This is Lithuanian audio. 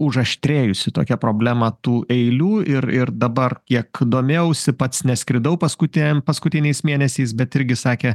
užaštrėjusi tokia problema tų eilių ir ir dabar kiek domėjausi pats neskridau paskutiniajam paskutiniais mėnesiais bet irgi sakė